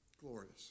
Glorious